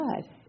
god